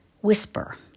whisper